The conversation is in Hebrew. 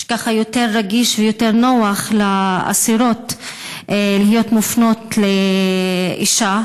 יותר רגיש ויותר נוח לאסירות להיות מופנות לאישה,